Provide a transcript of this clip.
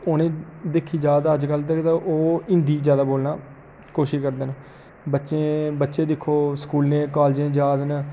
उ'नें ई दिक्खेआ जा तां अजकल तां जेह्का ओह् हिंदी जैदा बोलने दी कोशश करदे न बच्चे बच्चे दिक्खो स्कूलें कालजें च जा दे न